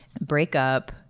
breakup